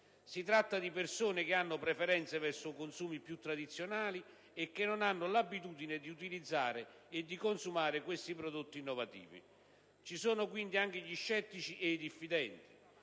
Si tratta di persone che hanno preferenze verso consumi più tradizionali e che non hanno l'abitudine di utilizzare e di consumare questi prodotti innovativi. Ci sono - quindi - anche gli scettici e i diffidenti.